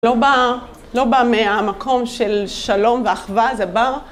לא בא, לא בא מהמקום של שלום ואחווה, זה בא.